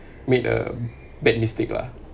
made a bad mistake lah